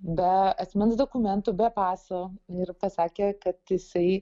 be asmens dokumentų be paso ir pasakė kad jisai